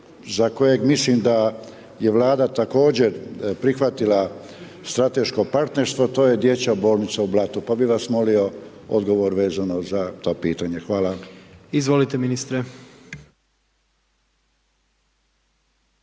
za kojeg mislim da je Vlada također prihvatila strateško partnerstvo, a to je dječja bolnica u blatu pa bih vas molio odgovor vezano za to pitanje. Hvala. **Kujundžić,